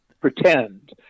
pretend